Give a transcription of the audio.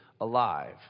alive